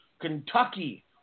Kentucky